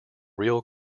real